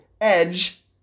Edge